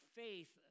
faith